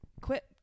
Quit